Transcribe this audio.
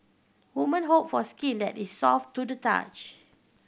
women hope for skin that is soft to the touch